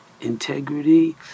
integrity